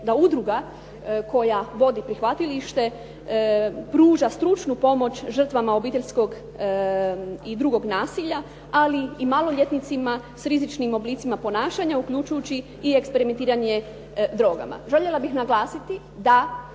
da udruga koja vodi prihvatilište pruža stručnu pomoć žrtvama obiteljskog i drugog nasilja, ali i maloljetnicima s rizičnim oblicima ponašanja, uključujući i eksperimentiranje drogama. Željela bih naglasiti da